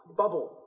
bubble